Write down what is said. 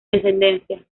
descendencia